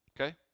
okay